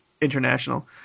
international